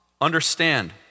understand